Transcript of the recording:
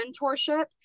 mentorship